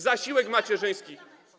Zasiłek macierzyński.